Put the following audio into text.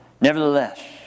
Nevertheless